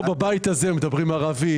פה בבית הזה מדברים בערבית,